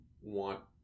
want